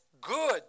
good